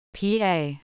PA